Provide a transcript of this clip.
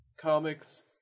comics